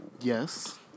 Yes